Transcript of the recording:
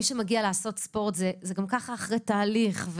מי שמגיע לעשות ספורט זה גם ככה אחרי תהליך.